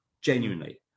genuinely